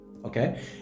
Okay